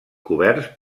coberts